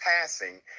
passing